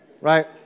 right